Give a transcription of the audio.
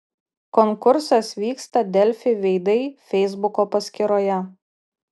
konkursas vyksta delfi veidai feisbuko paskyroje